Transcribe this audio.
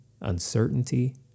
uncertainty